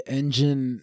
engine